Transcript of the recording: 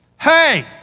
Hey